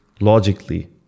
logically